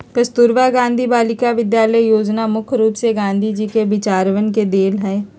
कस्तूरबा गांधी बालिका विद्यालय योजना मुख्य रूप से गांधी जी के विचरवन के देन हई